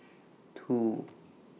two